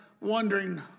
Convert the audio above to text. wondering